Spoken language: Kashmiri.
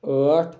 ٲٹھ